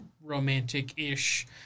romantic-ish